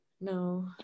no